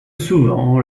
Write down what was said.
souvent